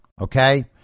okay